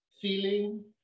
feeling